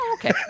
Okay